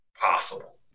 possible